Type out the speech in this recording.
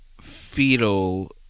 fetal